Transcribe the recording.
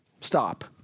Stop